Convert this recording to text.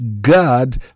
God